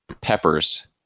peppers